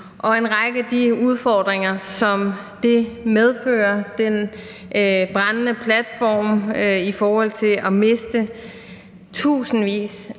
Og en række af de udfordringer, som det medfører, nemlig at det er en brændende platform i forhold til at miste tusindvis